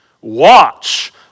watch